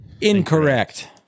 Incorrect